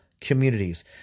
communities